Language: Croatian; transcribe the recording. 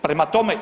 Prema tome,